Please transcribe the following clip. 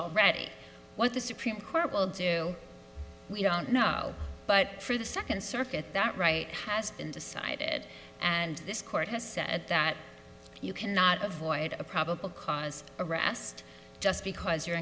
already what the supreme court will do we don't know but for the second circuit that right has been decided and this court has said that you cannot avoid a probable cause or at pst just because you're